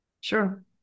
sure